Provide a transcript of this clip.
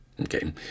Okay